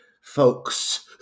folks